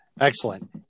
Excellent